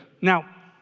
Now